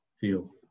feel